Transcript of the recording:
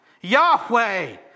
Yahweh